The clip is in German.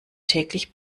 täglich